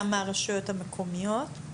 גם מהרשויות המקומיות?